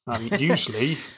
Usually